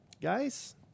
guys